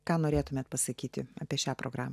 ką norėtumėte pasakyti apie šią programą